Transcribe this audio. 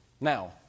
Now